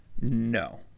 no